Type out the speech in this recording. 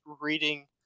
reading